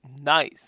nice